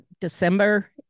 December